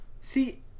see